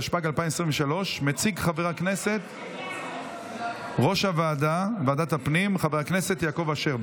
התשפ"ג 2023. מציג חבר הכנסת יושב-ראש ועדת הפנים חבר הכנסת יעקב אשר,